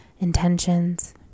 intentions